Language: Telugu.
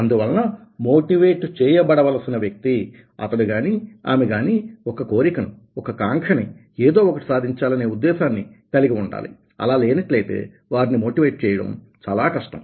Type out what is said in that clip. అందువలన మోటివేట్ చేయబడవలసిన వ్యక్తి అతడు గాని ఆమె గాని ఒక కోరికను ఒక కాంక్షని ఏదో ఒకటి సాధించాలనే ఉద్దేశ్యాన్ని కలిగి ఉండాలి అలా లేనట్లయితే వారిని మోటివేట్ చేయడం చాలా కష్టం